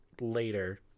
later